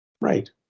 Right